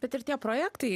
bet ir tie projektai